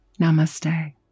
Namaste